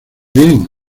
bien